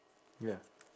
ya